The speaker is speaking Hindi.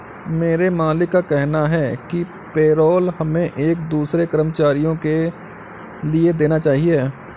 मेरे मालिक का कहना है कि पेरोल हमें एक दूसरे कर्मचारियों के लिए देना चाहिए